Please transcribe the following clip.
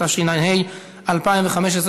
התשע"ה 2015,